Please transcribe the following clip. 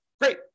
Great